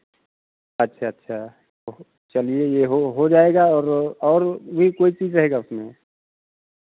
अच्छा अच्छा हो चलिए ये हो जायेगा और भी कोई चीज़ रहेगा उसमें